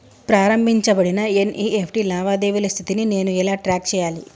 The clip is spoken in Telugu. ప్రారంభించబడిన ఎన్.ఇ.ఎఫ్.టి లావాదేవీల స్థితిని నేను ఎలా ట్రాక్ చేయాలి?